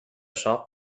shop